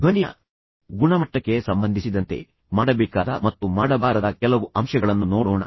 ಧ್ವನಿಯ ಗುಣಮಟ್ಟಕ್ಕೆ ಸಂಬಂಧಿಸಿದಂತೆ ಮಾಡಬೇಕಾದ ಮತ್ತು ಮಾಡಬಾರದ ಕೆಲವು ಅಂಶಗಳನ್ನು ನೋಡೋಣ